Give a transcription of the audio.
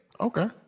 Okay